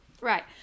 Right